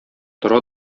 тора